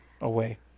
away